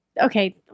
okay